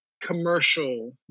commercial